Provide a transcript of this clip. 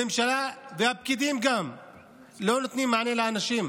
הממשלה והפקידים גם לא נותנים מענה לאנשים.